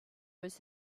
was